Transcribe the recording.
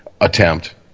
attempt